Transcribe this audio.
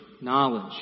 knowledge